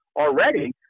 already